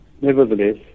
nevertheless